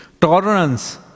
Tolerance